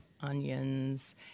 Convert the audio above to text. onions